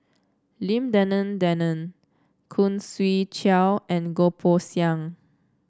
Lim Denan Denon Khoo Swee Chiow and Goh Poh Seng